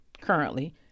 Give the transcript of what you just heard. currently